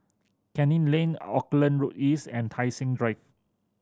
Canning Lane Auckland Road East and Tai Seng Drive